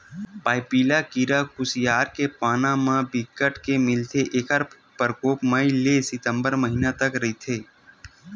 पाइपिला कीरा कुसियार के पाना मन म बिकट के मिलथे ऐखर परकोप मई ले सितंबर महिना तक रहिथे